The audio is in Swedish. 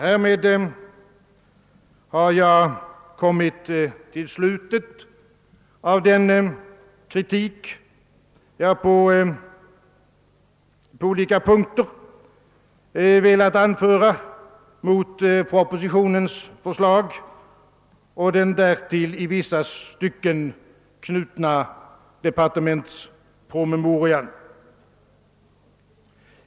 Härmed har jag kommit till slutet av den kritik som jag på olika punkter velat anföra mot propositionens förslag och den därtill i vissa stycken knutna departementspromemorian.